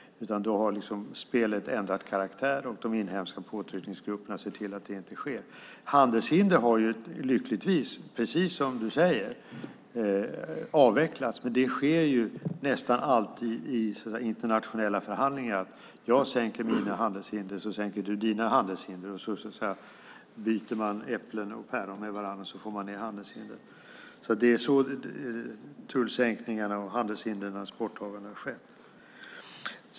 Då har spelet ändrat karaktär, och de inhemska påtryckningsgrupperna ser till att det inte sker. Handelshinder har lyckligtvis, precis som du säger, avvecklats. Men det sker nästan alltid i internationella förhandlingar: Jag sänker mina handelshinder så sänker du dina handelshinder. Man byter äpplen och päron med varandra, och så får man ned handelshinder. Det är så tullsänkningarna och handelshindrens borttagande har skett.